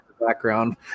background